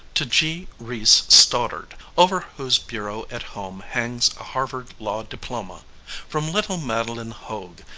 to g. reece stoddard, over whose bureau at home hangs a harvard law diploma from little madeleine hogue,